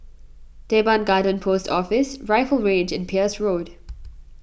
Teban Garden Post Office Rifle Range and Peirce Road